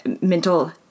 mental